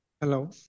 Hello